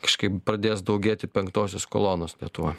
kažkaip pradės daugėti penktosios kolonos lietuvoj